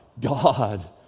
God